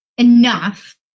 enough